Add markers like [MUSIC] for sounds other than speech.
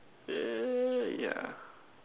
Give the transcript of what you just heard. [NOISE] yeah